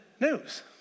news